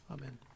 Amen